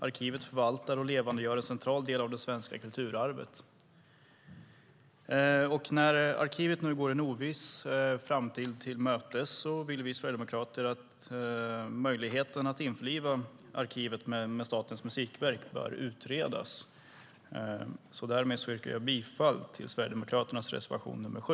Arkivet förvaltar och levandegör en central del av det svenska kulturarvet. När arkivet går en oviss framtid till mötes vill vi sverigedemokrater att möjligheten att införliva arkivet med Statens musikverk bör utredas. Därmed yrkar jag bifall till Sverigedemokraternas reservation nr 7.